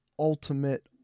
Ultimate